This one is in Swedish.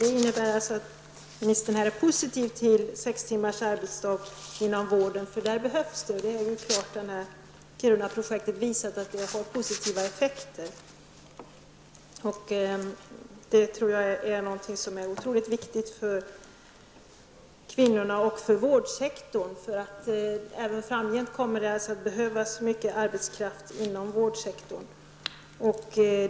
Det innebär alltså att ministern är positiv till sex timmars arbetsdag inom vården, för där behövs det. Kirunaprojektet har ju klart visat att detta har fått positiva effekter. Jag tror att detta är någonting som är oerhört viktigt för kvinnorna och för vårdsektorn. Det kommer att behövas mycket arbetskraft inom vårdsektorn även framgent.